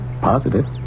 Positive